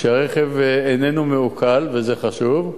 שהרכב איננו מעוקל וזה חשוב,